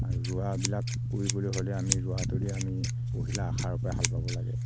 আৰু ৰোৱাবিলাক কৰিবলৈ হ'লে আমি ৰোৱা তলি আমি পহিলা আহাৰৰপৰাই হাল বাব লাগে